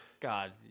God